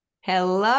Hello